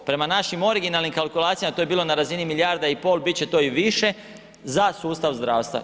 Prema našim originalnim kalkulacijama to je bilo na razini milijarda i pol, biti će to i više za sustav zdravstva.